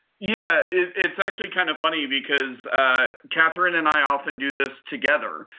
yeah, it's actually kind of funny because catherine and i often do this together.